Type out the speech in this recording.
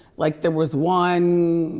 like there was one,